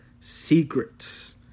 Secrets